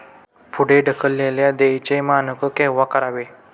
पुढे ढकललेल्या देयचे मानक केव्हा करावे?